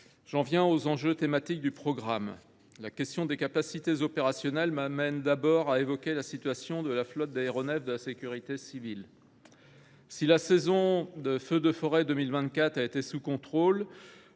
J’en viens aux enjeux thématiques du programme. La question des capacités opérationnelles m’amène d’abord à évoquer la situation de la flotte d’aéronefs de la sécurité civile. Si la saison de feux de forêt a été sous contrôle